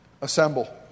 assemble